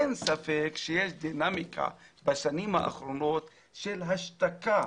אין ספק שיש בשנים האחרונות דינמיקה של השתקה,